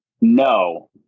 no